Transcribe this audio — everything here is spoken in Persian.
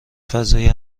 فضای